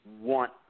want